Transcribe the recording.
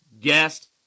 guest